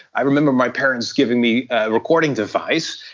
i remember my parents giving me a recording device,